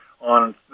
on